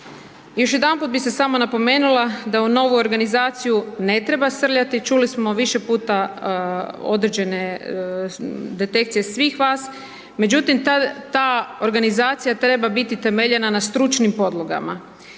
Još jedanput bi se samo napomenula da u novu organizaciju ne treba srljati, čuli smo više puta određene detekcije svih vas, međutim ta organizacija treba biti temeljena na stručnim podlogama,